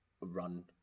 run